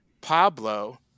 pablo